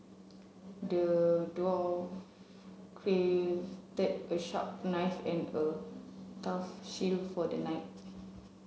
the dwarf a sharp and a tough shield for the knight